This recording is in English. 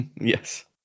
Yes